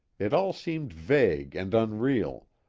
it all seemed vague and unreal,